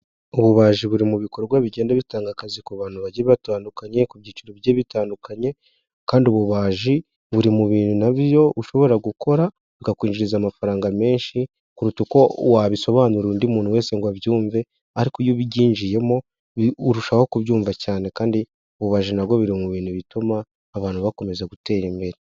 Ububaji buri mu bikorwa bigenda bitanga akazi ku bantu bagiye batandukanye, ku byiciro bigiye bitandukanye. Kandi ububaji buri mu bintu na byo ushobora gukora bikakwinjiriza amafaranga menshi, kuruta uko wabisobanurira undi muntu wese ngo abyumve. Ariko iyo ubyinjiyemo, urushaho kubyumva cyane; kandi ububaji na bwo buri mu bintu bituma, abantu bakomeza gutera imbere.